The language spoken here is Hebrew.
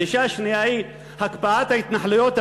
הדרישה השנייה היא הקפאת ההתנחלויות,